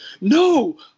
no